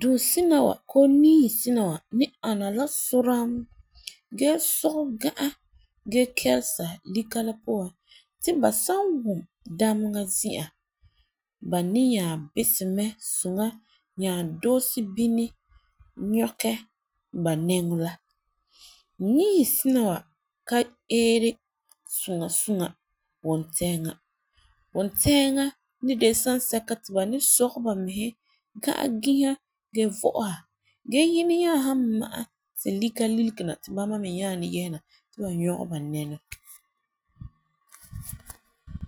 Dunsina was koo niihi sina wa ani la suram gee sugɛ ga'a gee kelesa lika la puan ti ba san wum dabega zi'an ba ni nya bisɛ mɛ suŋa nta doose bini nyɔkɛ ba nɛŋɔ la. Niihi sina wa ka eeri suŋa suŋa wuntɛɛŋ. Wuntɛɛŋa ni de la sansɛka ti ba ni sɔgɛ bamiŋa gee vo'oha gee yini nya san ma'a ti lika lilige na ti bama nya ni yehena ti ba nyɔgɛ ba nɛŋɔ.